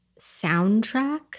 soundtrack